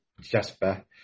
Jasper